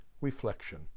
reflection